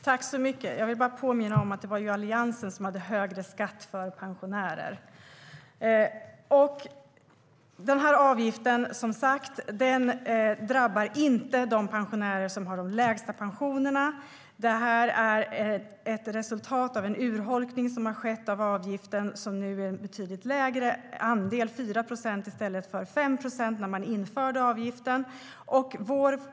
Fru talman! Jag vill bara påminna om att det var Alliansen som hade högre skatt för pensionärer. Den här avgiften drabbar som sagt inte de pensionärer som har de lägsta pensionerna. Det här är ett resultat av en urholkning av avgiften, som nu utgör en betydligt lägre andel än när man införde avgiften - 4 procent i stället för 5 procent.